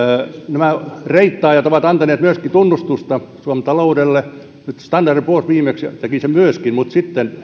nämä reittaajat ovat antaneet myöskin tunnustusta suomen taloudelle nyt standard poors viimeksi teki sen myöskin mutta sitten